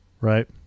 right